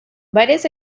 varias